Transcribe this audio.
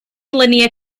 linear